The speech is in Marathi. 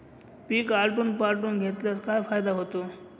पीक आलटून पालटून घेतल्यास काय फायदा होतो?